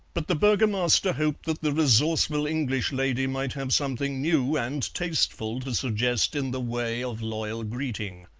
but the burgomaster hoped that the resourceful english lady might have something new and tasteful to suggest in the way of loyal greeting.